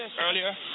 earlier